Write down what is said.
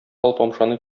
алпамшаны